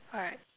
alright